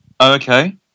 Okay